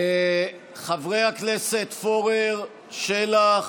חברי הכנסת פורר, שלח,